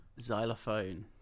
xylophone